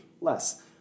less